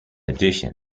addition